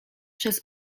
przez